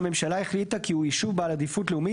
שהממשלה החליטה כי הוא יישוב בעל עדיפות לאומית,